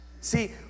See